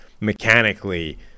mechanically